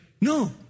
no